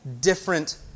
different